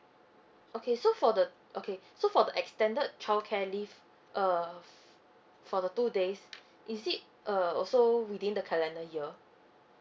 okay so for the okay so for the extended childcare leave uh for the two days is it uh also within the calendar year